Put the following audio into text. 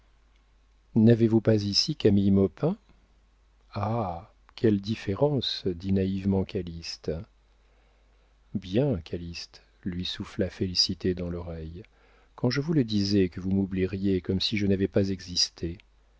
n'avez-vous pas ici camille maupin ah quelle différence dit naïvement calyste bien calyste lui souffla félicité dans l'oreille quand je vous le disais que vous m'oublieriez comme si je n'avais pas existé